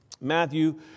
Matthew